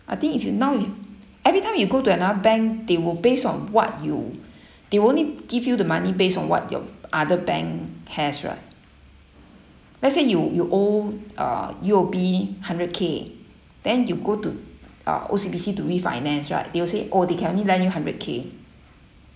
I think if you now you every time you go to another bank they will based on what you they only give you the money based on what your other bank has right let's say you you owe uh U_O_B hundred K then you go to uh O_C_B_C to refinance right they'll say oh they can only lend you hundred K